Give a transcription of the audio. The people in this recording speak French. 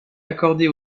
accordée